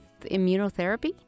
immunotherapy